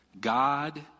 God